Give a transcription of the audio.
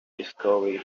discovery